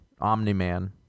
Omni-Man